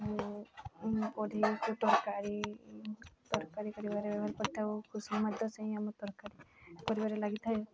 ଆଉ ଅଧିକ ତରକାରୀ ତରକାରୀ କରିବାରେ ବ୍ୟବହାର କରିଥାଉ ଖୁସଣି ମଧ୍ୟ ସେହି ଆମ ତରକାରୀ କରିବାରେ ଲାଗିଥାଏ